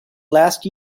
last